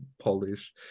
Polish